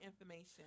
information